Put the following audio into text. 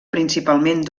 principalment